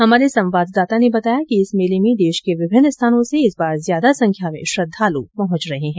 हमारे संवाददाता ने बताया कि इस मेले में देश के विभिन्न स्थानों से इस बार ज्यादा संख्या में श्रद्धालु पहुंच रहे हैं